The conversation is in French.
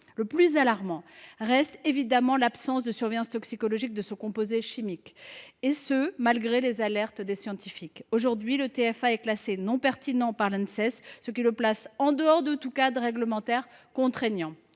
Le plus alarmant reste l’absence de surveillance toxicologique de son composé chimique, malgré l’alerte des scientifiques. À l’heure actuelle, le TFA est classé comme non pertinent par l’Anses, ce qui le place en dehors de tout cadre réglementaire contraignant.